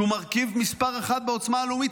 שהוא מרכיב מספר אחת בעוצמה הלאומית,